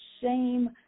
shame